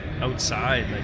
outside